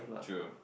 true